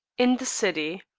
in the city